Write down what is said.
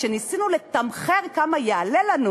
כשניסינו לתמחר כמה יעלה לנו